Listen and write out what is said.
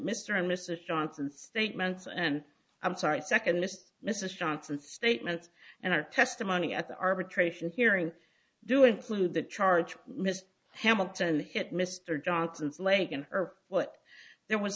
mr and mrs johnson statements and i'm sorry second this mrs johnson statements and our testimony at the arbitration hearing do include the charge ms hamilton hit mr johnson's lake and for what there was